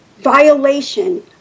violation